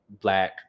black